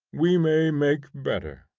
we may make better.